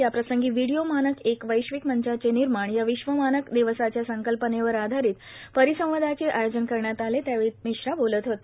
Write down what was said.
याप्रसंगी वीडीओ मानक एक वैश्विक मंचाचे निर्माण या विश्व मानक दिवसाच्या संकल्पनेवर आधारित परिसंवादाचे आयोजन करण्यात आले होते त्यावेळी मिश्रा बोलत होते